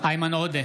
איימן עודה,